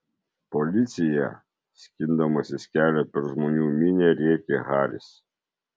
policija skindamasis kelią per žmonių minią rėkė haris